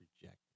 rejected